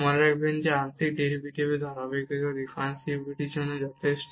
মনে রাখবেন যে আংশিক ডেরিভেটিভের ধারাবাহিকতা ডিফারেনশিবিলিটির জন্য যথেষ্ট